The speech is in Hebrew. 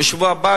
ובשבוע הבא,